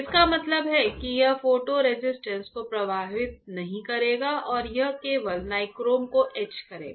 इसका मतलब है कि यह फोटो रेसिस्ट को प्रभावित नहीं करेगा और यह केवल नाइक्रोम को ईच करेगा